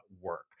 work